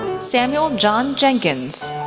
samuel john jenkins,